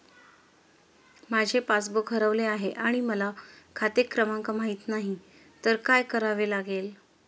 माझे पासबूक हरवले आहे आणि मला खाते क्रमांक माहित नाही तर काय करावे लागेल?